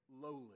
lowly